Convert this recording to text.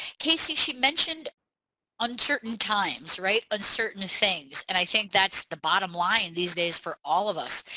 casey she mentioned uncertain times. right? uncertain things and i think that's the bottom line these days for all of us.